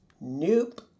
Nope